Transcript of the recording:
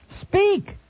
Speak